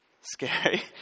Scary